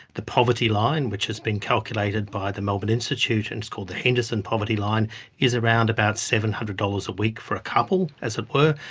the poverty line, which has been calculated by the melbourne institute and it's called the henderson poverty line is around about seven hundred dollars a week for a couple, as it were,